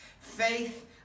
Faith